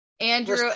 Andrew